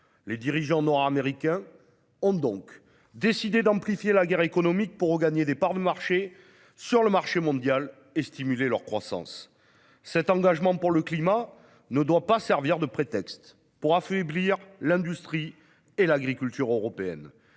Les dirigeants nord-américains ont donc décidé d'amplifier la guerre économique pour regagner des parts de marché mondiales et stimuler leur croissance. Cet engagement pour le climat ne doit pas servir de prétexte pour affaiblir l'industrie et l'agriculture européennes.